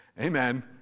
Amen